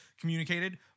communicated